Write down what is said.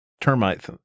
termite